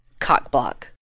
Cockblock